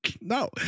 No